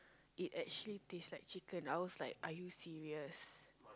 it actually taste like chicken I was like are you serious